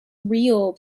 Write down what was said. real